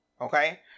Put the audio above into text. Okay